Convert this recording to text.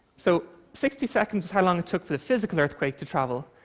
so sixty seconds was how long it took for the physical earthquake to travel.